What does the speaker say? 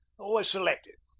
was selected.